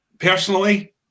Personally